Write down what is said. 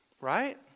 Right